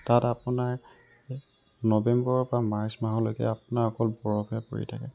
তাত আপোনাৰ নৱেম্বৰৰ পৰা মাৰ্চ মাহলৈকে আপোনাৰ অকল বৰফেই পৰি থাকে